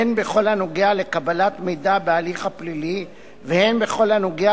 הן בכל הנוגע לקבלת מידע בהליך הפלילי והן בכל הנוגע